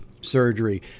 surgery